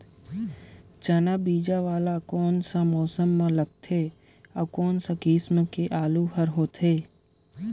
चाना बीजा वाला कोन सा मौसम म लगथे अउ कोन सा किसम के आलू हर होथे?